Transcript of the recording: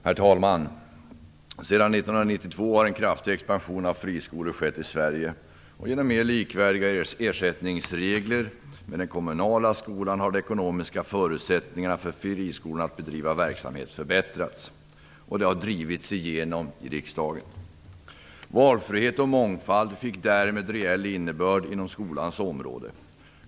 Herr talman! Sedan 1992 har en kraftig expansion av friskolor skett i Sverige. Genom mer likvärdiga ersättningsregler med den kommunala skolan har de ekonomiska förutsättningarna för friskolorna att bedriva verksamhet förbättrats. Detta har drivits igenom i riksdagen. Valfrihet och mångfald fick därmed en reell innebörd inom skolans område.